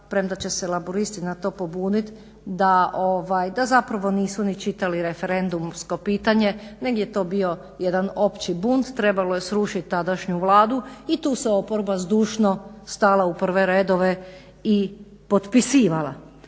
premda će se Laburisti na to pobunit, da zapravo nisu ni čitali referendumsko pitanje nego je to bio jedan opći bunt, trebalo je srušit tadašnju Vladu i tu se oporba zdušno stala u prve redove i potpisivala.